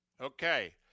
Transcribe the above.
Okay